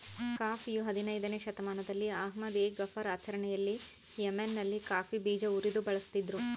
ಕಾಫಿಯು ಹದಿನಯ್ದನೇ ಶತಮಾನದಲ್ಲಿ ಅಹ್ಮದ್ ಎ ಗಫರ್ ಆಚರಣೆಯಲ್ಲಿ ಯೆಮೆನ್ನಲ್ಲಿ ಕಾಫಿ ಬೀಜ ಉರಿದು ಬಳಸಿದ್ರು